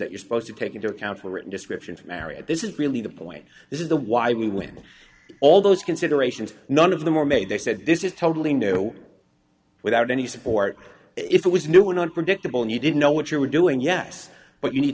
that you're supposed to take into account were written descriptions of marriage this is really the point this is the why we women all those considerations none of them were made they said this is totally new without any support if it was new and unpredictable and you didn't know what you were doing yes but you need